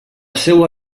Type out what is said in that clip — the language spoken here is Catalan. seua